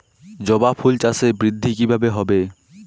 জবা ফুল চাষে বৃদ্ধি কিভাবে হবে?